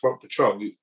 patrol